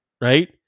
right